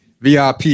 VIP